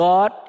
God